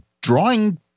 drawing